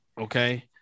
Okay